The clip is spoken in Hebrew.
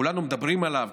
כולם מדברים עליו,